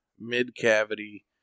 mid-cavity